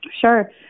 Sure